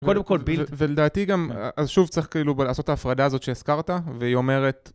קודם כל בילד. ולדעתי גם, אז שוב צריך כאילו לעשות ההפרדה הזאת שהזכרת, והיא אומרת...